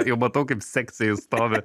jau matau kaip sekcijoj stovi